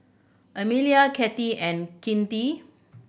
Emilia Kathi and Kinte